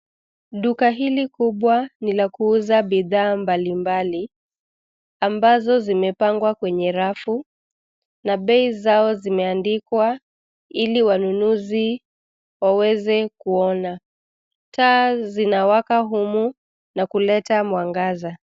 Duka hili kubwa ni la kuuza bidhaa mbalimbali ,ambazo zimepangwa kwenye rafu na bei zao zimeandikwa ili wanunuzi waweze kuona .Taa zinawaka humu na kuleta mwangaza.